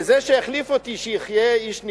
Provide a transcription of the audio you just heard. וזה שהחליף אותי, שיחיה, איש נפלא,